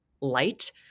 light